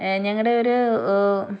ഞങ്ങളുടെ ഒരു